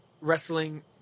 wrestling